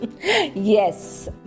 Yes